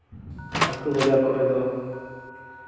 ᱟᱹᱛᱩ ᱵᱟᱡᱟᱨ ᱠᱚᱨᱮ ᱫᱚ